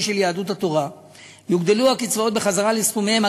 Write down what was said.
של יהדות התורה יוגדלו הקצבאות בחזרה לסכומיהן,